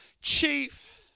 chief